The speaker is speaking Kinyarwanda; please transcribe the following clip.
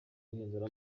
guhindura